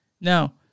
Now